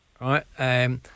Right